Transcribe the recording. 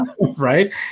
Right